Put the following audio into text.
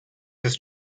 ist